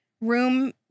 room